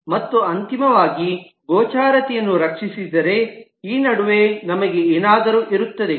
ಮತ್ತು ಅಂತಿಮವಾಗಿ ಗೋಚರತೆಯನ್ನು ರಕ್ಷಿಸಿದರೆ ಈ ನಡುವೆ ನಮಗೆ ಏನಾದರೂ ಇರುತ್ತದೆ